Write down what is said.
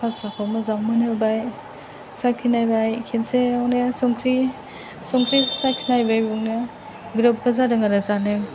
फासाखौ मोजाङै मोनहोबाय साखिनायबाय खनसेयावनो संख्रि संख्रि साखिनायबाय बेयावनो ग्रोबबो जादों आरो जानो